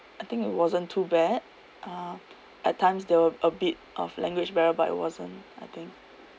I think it wasn't too bad uh at times there were a bit of language barrier but it wasn't I think